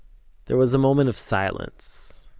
there was a moment of silence.